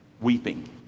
weeping